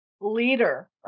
leader